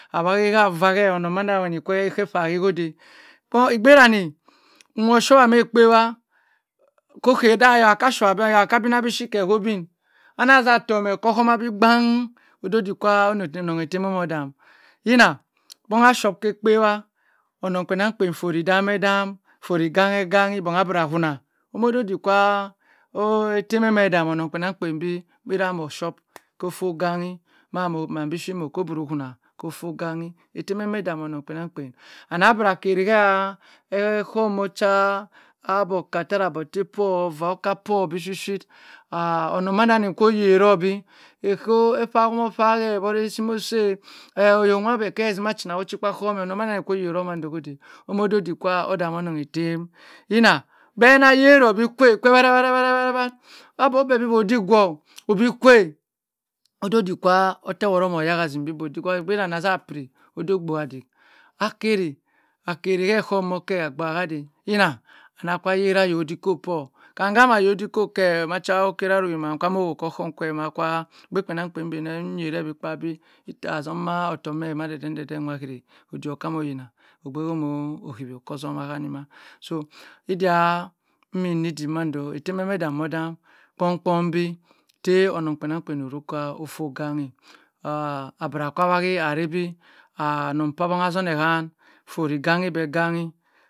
Awahi ha vah heh onongh wandha wang kwe echo okphai koddey koh igbe wany nwha oshuwa kephawa kokeh dah ayah kah showah bi ayah akah bina bishi keh ho gbin anah zha homeh okho homa bi gbann odey dik kah kwa onongh ettem onoh dham yina kbong ashoow kah kpaywha onong kpienankpien folh eddam edham folh ganegange bungh abral whuna odey dik kwa ottem omoh onong kpienankpien bi eddena moh shupe koh folh ganghi mah mann bi shi moh koh bro whuna kofoh ganghi ettem emeh dhamohnong kpienang kpien and abra kehrihe ehumo cha abokah abahtteh kwo vocha poh bi shit shit ha onong mardavany koh yeroh bi echo oh kphamu okphaeh ewhot osi moh sayh eh oyoh nwah beh keh zina chinah koh chi kpa okhum onong manda wany koh ddey omoh dohdik kah odamonong ettem yinah bhe nah yeroh bi kweh kwe ewarowha wahewa whahewa ogbani bi boudik vorh obi kwe odey oddik kwa etteh woht omoh yaha zhim bi gbok kah oigbi dsny azah piṅ odey obuah dik akehri akheri mehucoma kwe abua ha dey yinah anah kah yari ayoh dikoh kwo kamh nghama ayodikokeh macha ochareh ohuriman kwa moh okhum kwe mah kah ogbekpienan kpien nyareh bi kpa bi ittah zohuma ottock meh madeden nwah hiri oddik ochamo yinah ogbe komoh hiweh okoh zomah hanin so iddia imi nidi mandoh ettem damu odam kpong kpong bi heh onong kpienangkpien oruk kah ofoh gbang ha ah abra kwa wahi abi anong abong azuhehan folh ghanhi beh ighanghi.